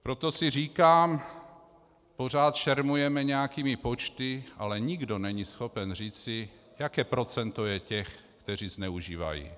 Proto si říkám pořád šermujeme nějakými počty, ale nikdo není schopen říci, jaké procento je těch, kteří zneužívají.